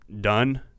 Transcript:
done